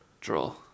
Draw